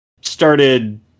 started